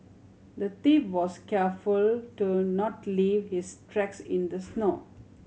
the thief was careful to not leave his tracks in the snow